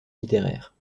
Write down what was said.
littéraire